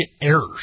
errors